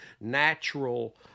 natural